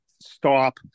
Stop